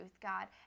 God